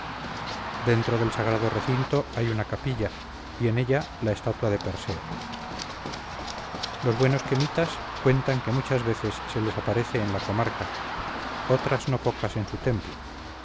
dentro del sagrado recinto hay una capilla y en ella la estatua de perseo los buenos quemitas cuentan que muchas veces se les aparece en la comarca otras no pocas en su templo